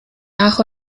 nach